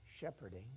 shepherding